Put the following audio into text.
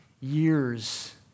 years